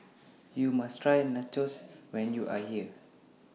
YOU must Try Nachos when YOU Are here